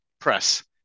Press